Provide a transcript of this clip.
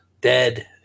dead